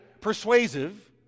persuasive